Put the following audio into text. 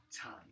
time